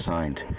Signed